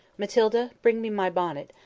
matilda, bring me my bonnet.